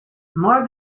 more